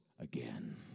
again